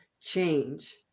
change